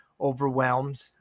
overwhelmed